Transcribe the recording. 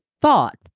thought